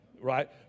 right